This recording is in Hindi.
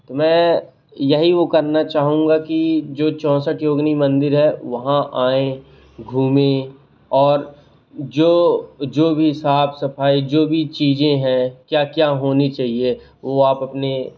तो मैं यही वह करना चाहूँगा कि जो चौसठ योगिनी मंदिर है वहाँ आएँ घूमें और जो जो भी साफ़ सफ़ाई जो भी चीज़ें हैं क्या क्या होनी चाहिए वह आप अपने